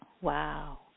Wow